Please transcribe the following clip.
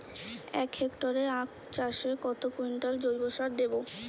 এক হেক্টরে আখ চাষে কত কুইন্টাল জৈবসার দেবো?